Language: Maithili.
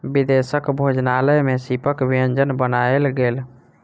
विदेशक भोजनालय में सीपक व्यंजन बनायल गेल